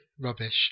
rubbish